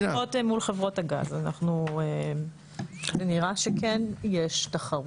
לפחות מול חברות הגז זה נראה שכן יש תחרותיות.